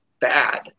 bad